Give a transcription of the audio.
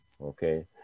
okay